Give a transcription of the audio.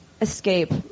escape